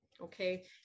okay